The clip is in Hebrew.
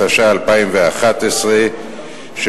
התשע"א 2011,